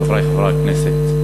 חברי חברי הכנסת,